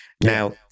Now